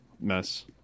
mess